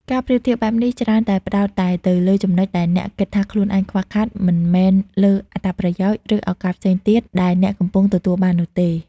ការប្រៀបធៀបបែបនេះច្រើនតែផ្តោតតែទៅលើចំណុចដែលអ្នកគិតថាខ្លួនឯងខ្វះខាត មិនមែនលើអត្ថប្រយោជន៍ ឬឱកាសផ្សេងទៀតដែលអ្នកកំពុងទទួលបាននោះទេ។